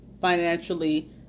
financially